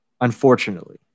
unfortunately